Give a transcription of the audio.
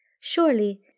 Surely